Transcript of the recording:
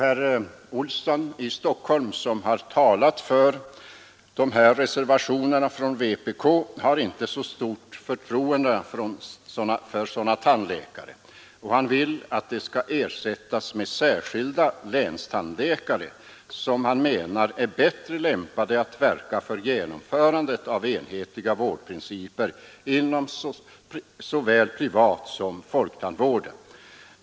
Herr Olsson i Stockholm, som har talat för vpk-reservationerna, har inte så stort förtroende för sådana tandläkare och vill att de skall ersättas med särskilda länstandläkare som han menar är bättre lämpade att verka för genomförandet av enhetliga vårdprinciper inom såväl privatsom folktandvården.